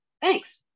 thanks